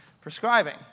prescribing